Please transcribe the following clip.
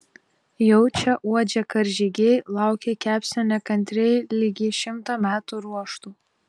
jaučia uodžia karžygiai laukia kepsnio nekantriai lyg jį šimtą metų ruoštų